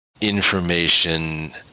information